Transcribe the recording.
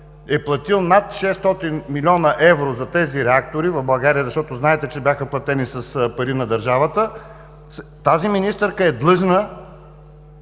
е платил над 600 млн. евро за тези реактори в България, защото знаете, че бяха платени с пари на държавата, тази министърка е длъжна